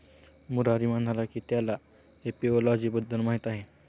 मुरारी म्हणाला की त्याला एपिओलॉजी बद्दल माहीत आहे